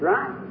Right